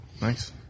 Nice